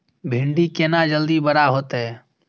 भिंडी केना जल्दी बड़ा होते?